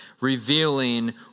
revealing